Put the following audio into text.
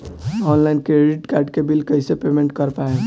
Online credit card के bill कइसे payment कर पाएम?